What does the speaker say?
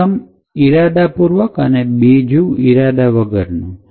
પ્રથમ ઇરાદા પૂર્વક અને બીજુ ઇરાદા વગરનો